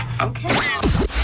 okay